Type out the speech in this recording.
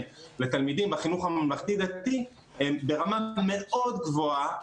לתלמידים בחינוך הממלכתי דתי הם ברמה מאוד גבוהה,